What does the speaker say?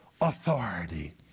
authority